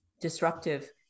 disruptive